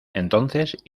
entonces